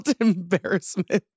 embarrassment